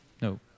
No